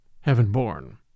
heaven-born